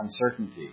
uncertainty